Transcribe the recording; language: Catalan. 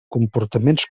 comportaments